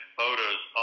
photos